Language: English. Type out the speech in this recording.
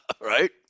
right